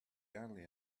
early